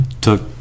took